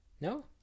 No